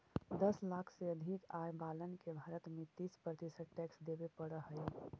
दस लाख से अधिक आय वालन के भारत में तीस प्रतिशत टैक्स देवे पड़ऽ हई